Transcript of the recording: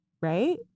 Right